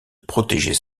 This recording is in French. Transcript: protéger